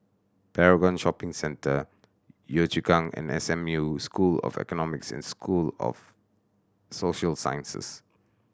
Paragon Shopping Centre Yio Chu Kang and S M U School of Economics and School of Social Sciences